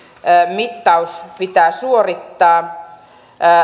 mittaus pitää suorittaa